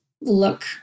look